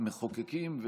המחוקקים,